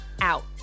out